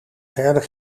verder